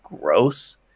gross